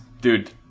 Dude